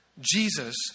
Jesus